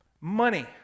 money